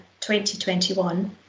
2021